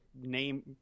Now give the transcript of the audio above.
name